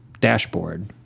dashboard